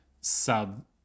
sub